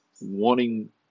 wanting